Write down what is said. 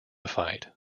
fight